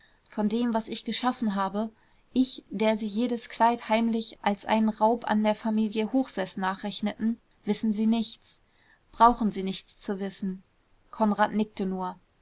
von dem was ich geschaffen habe ich der sie jedes kleid heimlich als einen raub an der familie hochseß nachrechneten wissen sie nichts brauchen sie nichts zu wissen konrad nickte nur